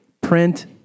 print